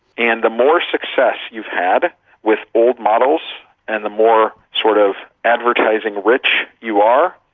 and the more success you've had with old models and the more sort of advertising-rich you are,